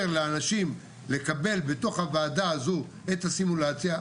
לאנשים לקבל בתוך הוועדה הזו את הסימולציה,